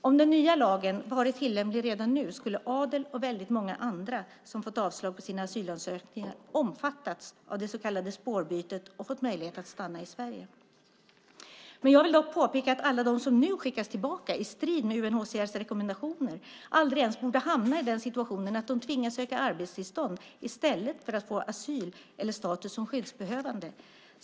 Om den nya lagen varit tillämplig redan nu skulle Adel och väldigt många andra som har fått avslag på sina asylansökningar omfattats av det så kallade spårbytet och fått möjlighet att stanna i Sverige. Jag vill dock påpeka att alla de som nu skickas tillbaka i strid med UNHCR:s rekommendationer aldrig ens borde hamna i den situationen att de tvingas söka arbetstillstånd i stället för att få asyl eller status som skyddsbehövande.